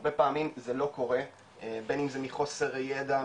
הרבה פעמים זה לא קורה בין אם זה מחוסר ידע,